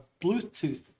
Bluetooth